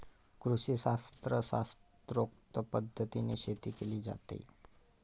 कृषीशास्त्रात शास्त्रोक्त पद्धतीने शेती केली जाते